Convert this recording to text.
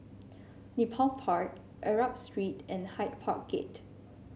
Nepal Park Arab Street and Hyde Park Gate